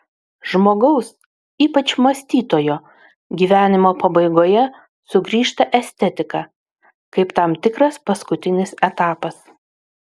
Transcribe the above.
žmogaus ypač mąstytojo gyvenimo pabaigoje sugrįžta estetika kaip tam tikras paskutinis etapas